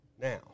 Now